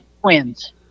twins